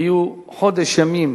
היו חודש ימים